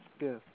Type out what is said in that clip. Yes